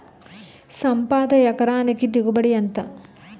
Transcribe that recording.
సంపద ఎకరానికి దిగుబడి ఎంత?